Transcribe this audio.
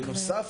בנוסף,